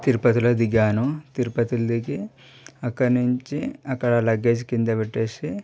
తిరుపతిలో దిగాను తిరుపతిలో దిగి అక్కడనుంచి అక్కడ లగేజ్ కింద పెట్టేసి